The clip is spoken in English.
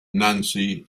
nancy